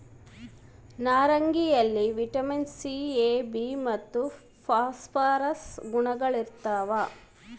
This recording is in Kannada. ನಾರಂಗಿಯಲ್ಲಿ ವಿಟಮಿನ್ ಸಿ ಎ ಬಿ ಮತ್ತು ಫಾಸ್ಫರಸ್ ಗುಣಗಳಿರ್ತಾವ